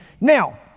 Now